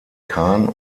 kahn